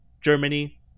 Germany